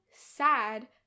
sad